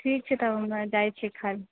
ठीक छै तब हमे जाइ छियै खाए लए